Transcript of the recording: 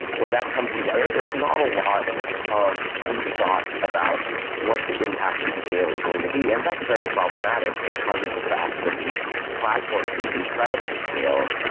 when that comes together, there's not a lot of deep thought about what the impacted scale is going to be, and that's very problematic because of the fact that these platforms reach incredible scale.